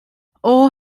all